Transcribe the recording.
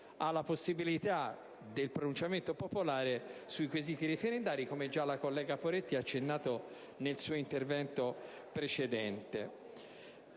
alla possibilità del pronunciamento popolare sui quesiti referendari, come già la collega Poretti ha accennato nel suo intervento precedente.